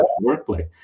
workplace